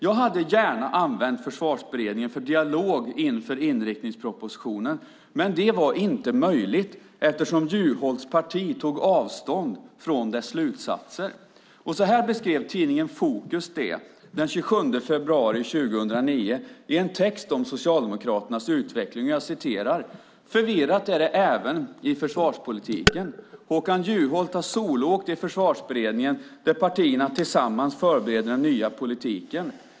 Jag hade gärna använt Försvarsberedningen för dialog inför inriktningspropositionen, men det var inte möjligt eftersom Juholts parti tog avstånd från dess slutsatser. Så här beskrev tidningen Fokus det den 27 februari 2009 i en text om Socialdemokraternas utveckling: Förvirrat är det även i försvarspolitiken. Håkan Juholt har soloåkt i Försvarsberedningen där partierna tillsammans förbereder den nya politiken.